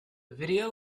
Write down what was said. video